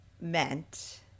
meant